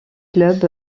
clubs